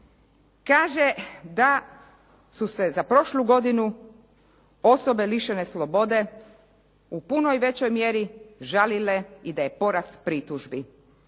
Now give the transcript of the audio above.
Kaže da su se za prošlu godinu osobe lišene slobode u puno većoj mjeri žalile i da je porast pritužbi